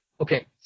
okay